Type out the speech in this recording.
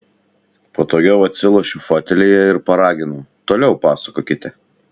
patogiau atsilošiu fotelyje ir paraginu toliau pasakokite